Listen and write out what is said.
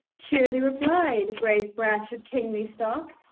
cheerly replied, brave branch of kingly stock,